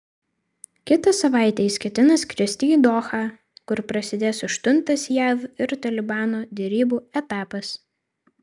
kitą savaitę jis ketina skristi į dohą kur prasidės aštuntas jav ir talibano derybų etapas